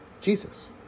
Jesus